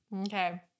Okay